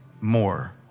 more